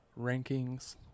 rankings